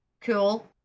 Cool